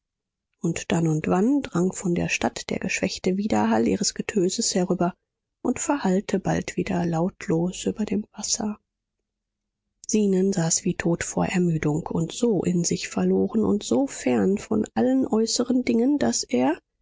und dann und wann drang von der stadt der geschwächte widerhall ihres getöses herüber und verhallte bald wieder lautlos über dem wasser zenon saß wie tot vor ermüdung und so in sich verloren und so fern von allen äußeren dingen daß er